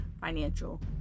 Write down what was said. financial